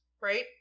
right